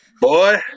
Boy